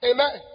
Amen